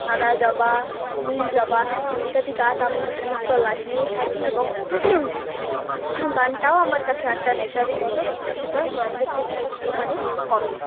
সাদা জবা নীল জবা ইত্যাদি গাছ আমি সমস্ত লাগিয়ে থাকি এবং গানটাও আমার কাছে একটা নেশারই মতো কিন্তু সেটা ড্রয়িংয়ের থেকে একটুখানি কমই